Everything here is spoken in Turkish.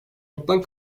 ortadan